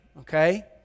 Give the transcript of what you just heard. Okay